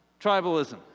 tribalism